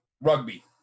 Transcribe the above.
rugby